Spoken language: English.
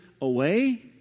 away